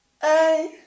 Hey